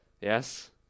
yes